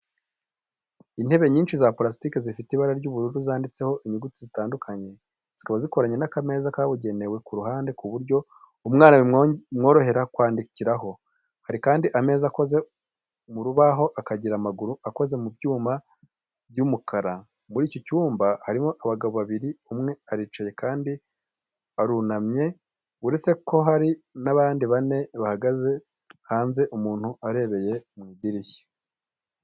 Intebe nyinshi za purasitike zifite ibara ry'ubururu zanditseho inyuguti zitandukanye, zikaba zikoranye n’akameza kabugenewe ku ruhande ku buryo umwana bimworohera kwandikiraho. Hari kandi ameza akoze mu rubaho akagira amaguru akoze mu byuma by'umukara. Muri icyo cyumba harimo abagabo babiri, umwe aricaye undi arunamye uretse ko hari n'abandi bane bahagaze hanze umuntu arebeye mu idirishya.